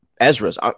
Ezra's